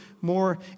more